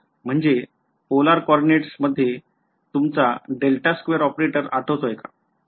म्हणजे polar coordinates मधे तुमचा ऑपरेटर आठवतोय का